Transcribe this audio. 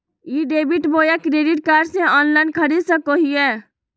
ई debit बोया credit card से online खरीद सको हिए?